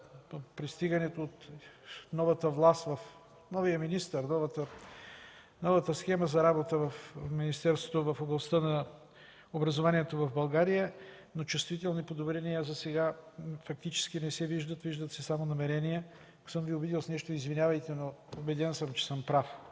от идването на новата власт, новия министър, новата схема за работа в министерството в областта на образованието в България, но фактически чувствителни подобрения засега не се виждат. Виждат се само намерения. Ако съм Ви обидил с нещо, извинявайте, но съм убеден, че съм прав.